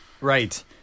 Right